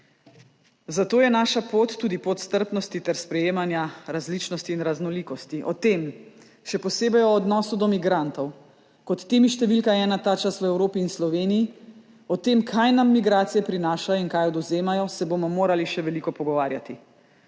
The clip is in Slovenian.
Zato je naša pot tudi pot strpnosti ter sprejemanja različnosti in raznolikosti. O tem, še posebej o odnosu do migrantov kot temi številka ena ta čas v Evropi in Sloveniji, o tem, kaj nam migracije prinašajo in kaj odvzemajo, se bomo morali še veliko pogovarjati.